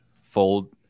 fold